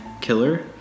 Killer